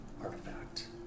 artifact